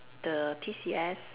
the T C S